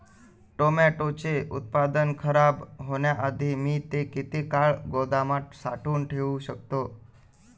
टोमॅटोचे उत्पादन खराब होण्याआधी मी ते किती काळ गोदामात साठवून ठेऊ शकतो?